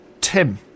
Tim